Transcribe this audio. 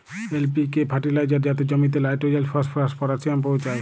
LPK fertiliser যাতে জমিতে লাইট্রোজেল, ফসফরাস, পটাশিয়াম পৌঁছায়